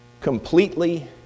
completely